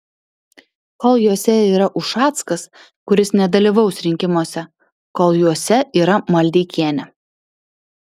kol jose yra ušackas kuris nedalyvaus rinkimuose kol juose yra maldeikienė